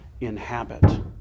inhabit